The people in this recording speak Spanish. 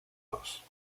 dos